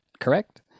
correct